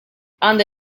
ande